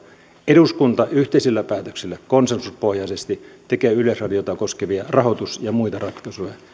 eduskunta yhteisellä päätöksellä konsensuspohjaisesti tekee yleisradiota koskevia rahoitus ja muita ratkaisuja